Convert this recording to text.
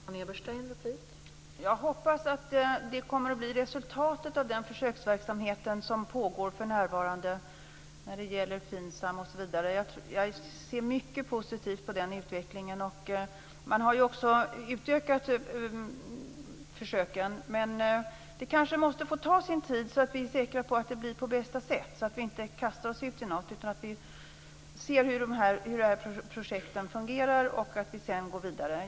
Fru talman! Jag hoppas att det kommer att bli resultatet av den försöksverksamhet som pågår för närvarande när det gäller FINSAM osv. Jag ser mycket positivt på den utvecklingen. Man har ju också utökat försöken. Men det kanske måste få ta sin tid, så att vi är säkra på att detta sker på bästa sätt och inte kastar oss ut i något. Vi ska först se hur projekten fungerar, och sedan gå vidare.